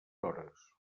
hores